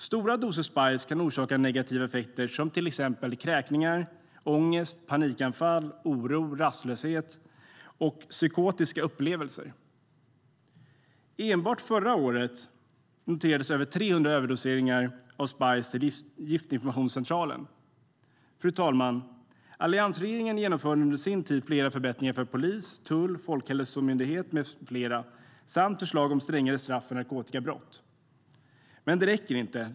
Stora doser spice kan orsaka negativa effekter som till exempel kräkningar, ångest, panikanfall, oro, rastlöshet och psykotiska upplevelser. Enbart förra året noterades vid Giftinformationscentralen över 300 överdoseringar av spice. Fru talman! Alliansregeringen genomförde under sin tid flera förbättringar för polisen, tullen, Folkhälsomyndigheten med flera samt förslag om strängare straff för narkotikabrott. Men det räcker inte.